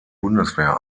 bundeswehr